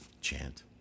Chant